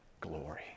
glory